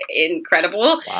incredible